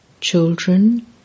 Children